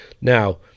Now